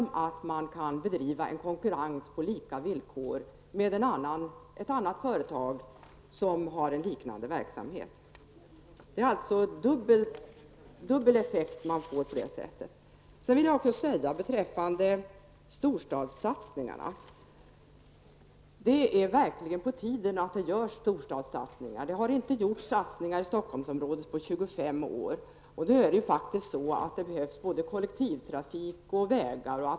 I stället bör man bedriva konkurrens på lika villkor med företag som har en liknande verksamhet. Man får alltså en dubbel effekt. Det är verkligen på tiden att det görs storstadssatsningar. Det har inte gjorts satsningar på Stockholmsområdet på 25 år. Det behövs kollektivtrafik och vägar.